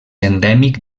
endèmic